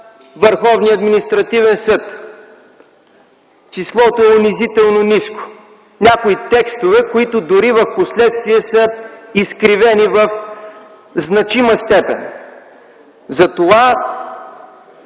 Върховния административен съд. Числото е унизително ниско. Някои текстове впоследствие дори са изкривени в значима степен. Затова